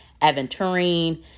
aventurine